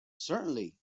certainly